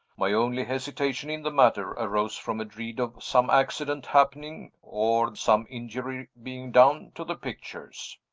my only hesitation in the matter arose from a dread of some accident happening, or some injury being done, to the pictures.